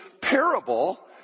parable